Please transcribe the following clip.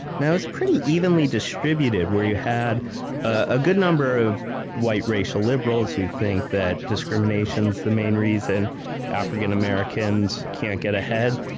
it's pretty evenly distributed, where you had a good number of white racial liberals who think that discrimination is the main reason african-americans can't get ahead,